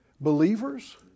believers